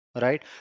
right